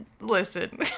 listen